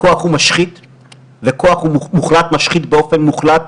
הוא משחית באופן מוחלט.